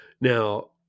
Now